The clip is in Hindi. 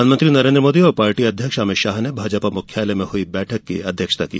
प्रधानमंत्री नरेन्द्र मोदी और पार्टी अध्यक्ष अमित शाह ने भाजपा मुख्यालय में हुई बैठक की अध्यक्षता की